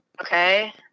okay